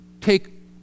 take